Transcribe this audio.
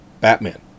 Batman